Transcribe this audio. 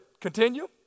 Continue